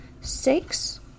Six